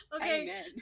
Okay